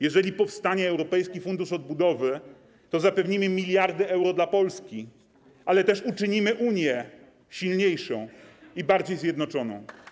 Jeżeli powstanie Europejski Fundusz Odbudowy, to zapewnimy miliardy euro dla Polski i uczynimy Unię silniejszą i bardziej zjednoczoną.